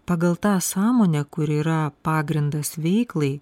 pagal tą sąmonę kuri yra pagrindas veiklai